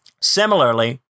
Similarly